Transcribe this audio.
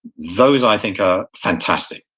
those, i think, are fantastic.